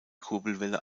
kurbelwelle